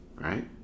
right